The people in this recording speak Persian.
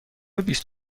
بیست